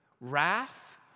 wrath